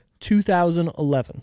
2011